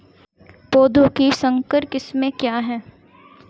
पौधों की संकर किस्में क्या हैं?